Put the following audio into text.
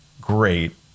great